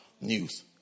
news